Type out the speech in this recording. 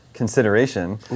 Consideration